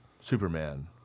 Superman